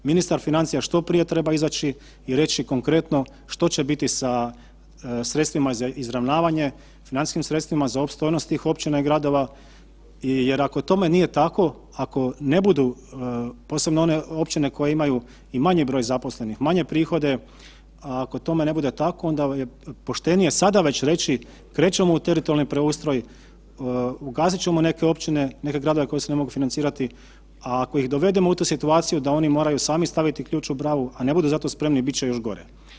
Ministar financija što prije treba izaći i reći konkretno što će biti sa sredstvima za izravnavanje, financijskim sredstvima za opstojnosti tih općina i gradova jer ako tome nije tako, ako ne budu posebno one općine koje imaju i manji broj zaposlenih, manje prihode, ako tome ne bude tako onda je poštenije sada već reći, krećemo u teritorijalni preustroj, ukazat ćemo neke općine, neke gradove koji se ne mogu financirati, a ako ih dovedemo u tu situaciju da oni moraju sami staviti ključ u bravu, a ne budu za to spremni, bit će još gore.